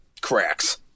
cracks